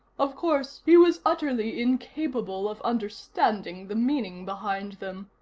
of course, he was utterly incapable of understanding the meaning behind them.